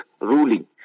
ruling